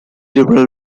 liberal